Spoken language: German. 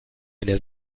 eine